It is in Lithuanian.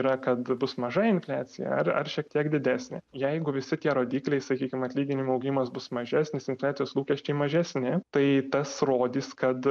yra kad bus maža infliacija ar ar šiek tiek didesnė jeigu visi tie rodikliai sakykim atlyginimų augimas bus mažesnis infliacijos lūkesčiai mažesni tai tas rodys kad